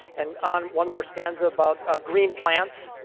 and on one more stanza about green plants,